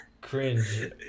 cringe